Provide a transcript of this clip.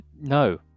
No